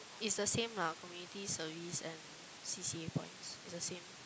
it's the same lah Community Service and C_C_A points it's the same